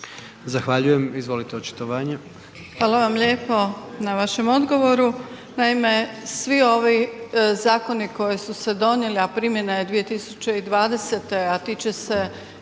Zahvaljujem. Izvolite očitovanje.